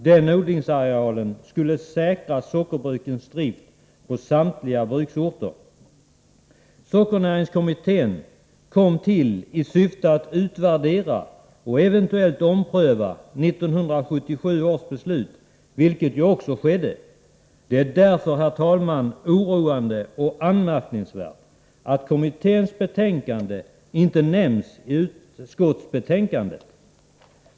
Den odlingsarealen skulle säkra sockerbrukens drift på samtliga bruksorter. Sockernäringskommittén kom till i syfte att utvärdera och eventuellt ompröva 1977 års beslut, vilket ju också skedde. Det är därför, herr talman, oroande och anmärkningsvärt att kommitténs betänkande inte nämns i utskottsbetänkandet.